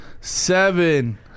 seven